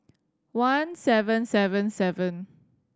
one seven seven seven